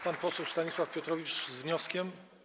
Pan poseł Stanisław Piotrowicz z wnioskiem.